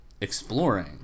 exploring